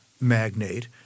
magnate